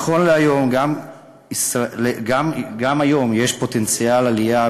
גם היום יש פוטנציאל עלייה,